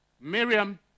Miriam